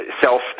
self